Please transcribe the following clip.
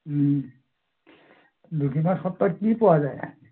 দক্ষিণপাত সত্ৰত কি পোৱা যায়